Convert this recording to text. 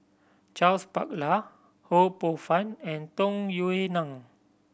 Charles Paglar Ho Poh Fun and Tung Yue Nang